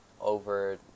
over